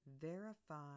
Verify